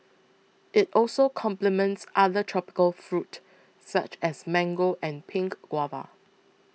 it also complements other tropical fruit such as mango and pink guava